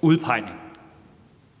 udpegningen.